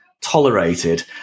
tolerated